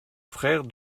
frère